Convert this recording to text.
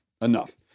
enough